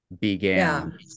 began